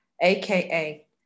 aka